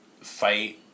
fight